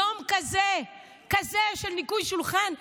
יום כזה של ניקוי שולחן,